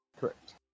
correct